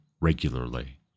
regularly